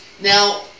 Now